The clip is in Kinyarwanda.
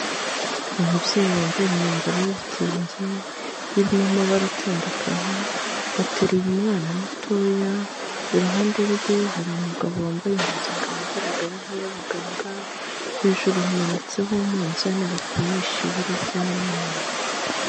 Umubyeyi wambaye imyambaro y'ibitenge irimo amabara atandukanye, ateruye umwana mutoya, iruhande rwe hari umugabo wambaye impuzankano igaragara nk'iy'abaganga, hejuru hamanitseho umunzani bapimisha ibiro by'abana.